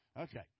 Okay